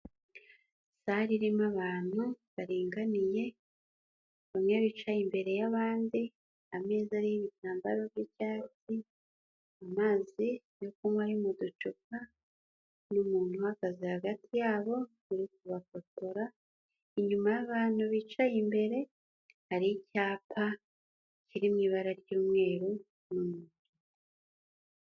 Sale irimo abantu baringaniye bamwe bicaye imbere y'abandi, ameza y'ibitambaro by'icyatsi, amazi yo kunywa ari mu ducupa, n' umuntu uhagaze hagati yabo uri kubafotora. Inyuma y'abantu bicaye imbere hari icyapa kiri mw'ibara ry'umweru n'umutuku.